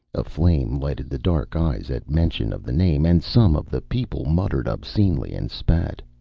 a flame lighted the dark eyes at mention of the name, and some of the people muttered obscenely and spat.